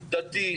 דתי,